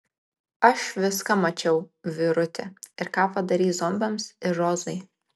aš viską mačiau vyruti ir ką padarei zombiams ir rozai